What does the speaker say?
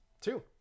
Two